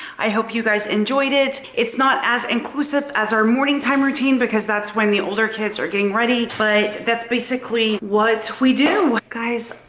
i hope you guys enjoyed it. it's not as inclusive as our morning time routine because that's when the older kids are getting ready but that's basically what we do guys.